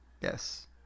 Yes